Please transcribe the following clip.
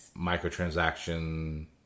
microtransaction